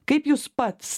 kaip jūs pats